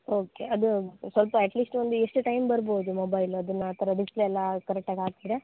okay ಅದೂ ಸ್ವಲ್ಪ at least ಒಂದು ಎಷ್ಟು ಟೈಮ್ ಬರ್ಬೋದು ಮೊಬೈಲು ಅದನ್ನು ಆ ಥರ ಡಿಸ್ಪ್ಲೇ ಎಲ್ಲ ಕರೆಕ್ಟಾಗಿ ಹಾಕಿದ್ರೆ